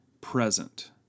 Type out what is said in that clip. present